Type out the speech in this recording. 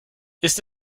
ist